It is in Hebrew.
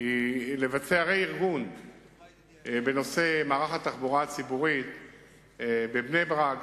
היא לבצע רה-ארגון במערך התחבורה הציבורית בבני-ברק,